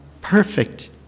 perfect